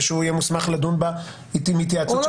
ושהוא יהיה מוסמך לדון בה עם התייעצות של